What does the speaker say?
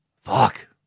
Fuck